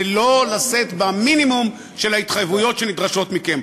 ולא לשאת במינימום של ההתחייבויות שנדרשות מכם.